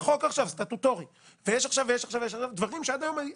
ויש עוד ועוד ועוד.